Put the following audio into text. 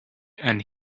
and